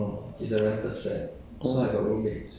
you you stay alone he~ alone here